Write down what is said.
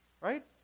right